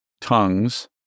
tongues